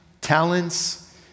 talents